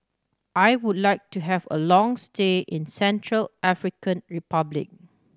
I would like to have a long stay in Central African Republic